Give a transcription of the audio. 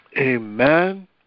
Amen